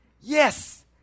yes